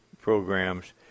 programs